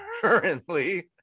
currently